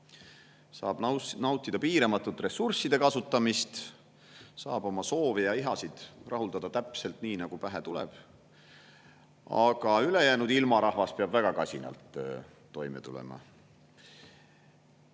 saab nautida piiramatut ressursside kasutamist, saab oma soove ja ihasid rahuldada täpselt nii, nagu pähe tuleb, aga ülejäänud ilmarahvas peab väga kasinalt toime tulema. See